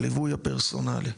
לליווי הפרסונלי.